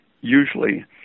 usually